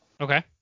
Okay